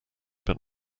but